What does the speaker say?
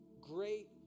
Great